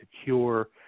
secure